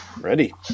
ready